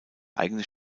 eigene